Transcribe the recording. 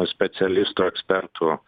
specialistų ekspertų